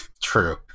true